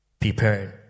Preparing